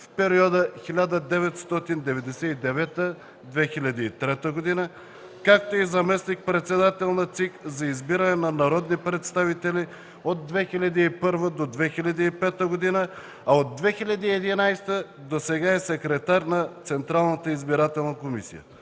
в периода 1999-2003 г., както и заместник-председател на ЦИК за избиране на народни представители от 2001 до 2005 г., а от 2011 г. досега е секретар на